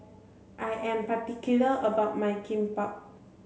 I am particular about my Kimbap